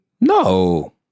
No